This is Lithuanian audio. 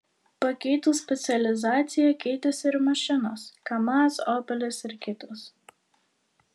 pakeitus specializaciją keitėsi ir mašinos kamaz opelis ir kitos